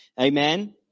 Amen